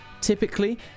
Typically